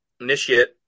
initiate